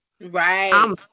Right